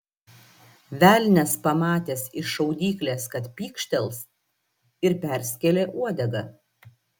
velnias pamatęs iš šaudyklės kad pykštels ir perskėlė uodegą